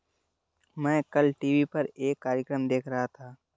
मैं कल टीवी पर एक कार्यक्रम देख रहा था